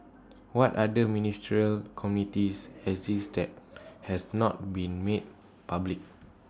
what other ministerial committees exist that has not been made public